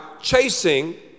chasing